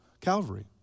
Calvary